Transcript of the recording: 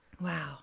Wow